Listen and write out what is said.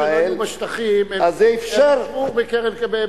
אז אלה שלא יהיו בשטחים הם ישבו בשדרות-רוטשילד,